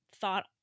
thought